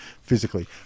physically